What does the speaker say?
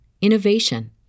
innovation